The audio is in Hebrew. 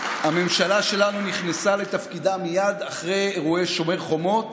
הממשלה שלנו נכנסה לתפקידה מייד אחרי אירועי שומר חומות